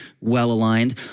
well-aligned